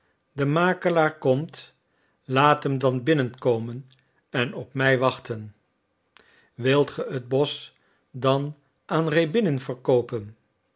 de makelaar komt laat hem dan binnenkomen en op mij wachten wilt ge het bosch dan aan rjäbinin verkoopen